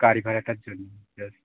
গাড়ি ভাড়াটার জন্য জাস্ট